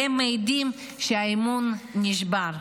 והם מעידים שהאמון נשבר.